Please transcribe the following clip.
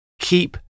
keep